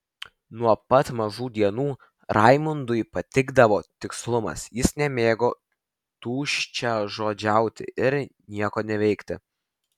nuo pat mažų dienų raimundui patikdavo tikslumas jis nemėgo tuščiažodžiauti ir nieko neveikti